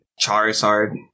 Charizard